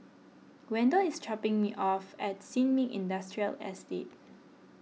Wendel is dropping me off at Sin Ming Industrial Estate